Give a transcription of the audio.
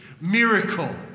Miracle